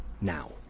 now